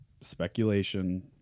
speculation